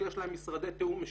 שיש להם משרדי תיאום משותפים.